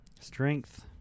Strength